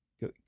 Go